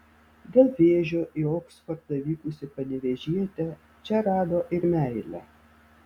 dėl vėžio į oksfordą vykusi panevėžietė čia rado ir meilę